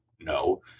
no